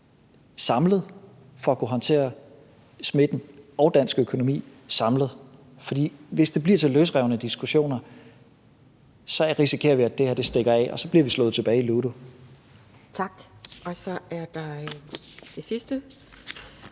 samlet for at kunne håndtere smitten og dansk økonomi samlet. For hvis det bliver til løsrevne diskussioner, risikerer vi, at det her stikker af, og så bliver vi slået tilbage i ludo. Kl. 18:25 Anden næstformand